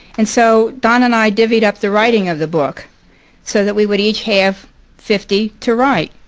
and so don and i divvied up the writing of the book so that we would each have fifty to write.